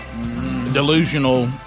delusional